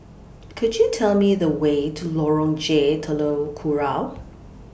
Could YOU Tell Me The Way to Lorong J Telok Kurau